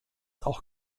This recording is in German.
auch